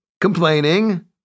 complaining